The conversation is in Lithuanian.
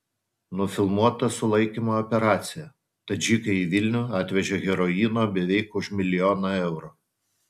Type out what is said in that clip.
nufilmuota sulaikymo operacija tadžikai į vilnių atvežė heroino beveik už milijoną eurų